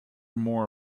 more